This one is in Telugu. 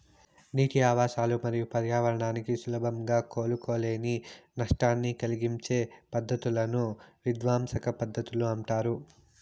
నీటి ఆవాసాలు మరియు పర్యావరణానికి సులభంగా కోలుకోలేని నష్టాన్ని కలిగించే పద్ధతులను విధ్వంసక పద్ధతులు అంటారు